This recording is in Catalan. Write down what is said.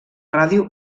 ràdio